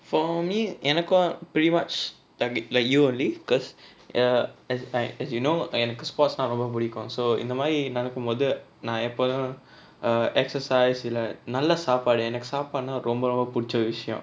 for me எனக்கும்:enakkum pretty much like you only because err as I as you know so எனக்கு:enakku crispas ரொம்ப புடிக்கும்:romba pudikkum so இந்தமாரி நடக்க போது நா எப்போதும்:inthamaari nadakka pothu naa eppothum exercise இல்ல நல்ல சாப்பாடு எனக்கு சாப்பாடுனா ரொம்ப ரொம்ப பிடிச்ச விஷயம்:illa nalla saappaadu enakku saappaadunaa romba romba puducha vishayam